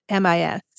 MIS